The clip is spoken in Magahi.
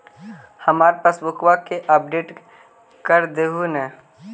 हमार पासबुकवा के अपडेट कर देहु ने?